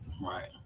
Right